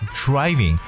driving